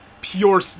pure